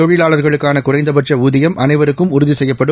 தொழிலாளா்களுக்கானகுறைந்தபட்சஊதியம் அனைவருக்கும் உறுதிசெய்யப்படும்